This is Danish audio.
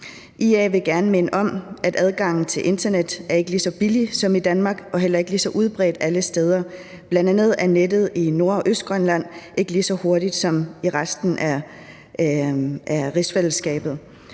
IA vil gerne minde om, at adgangen til internet ikke er lige så billig som i Danmark og heller ikke lige så udbredt alle steder, bl.a. er nettet i Nord- og Østgrønland ikke lige så hurtigt som i resten af rigsfællesskabet.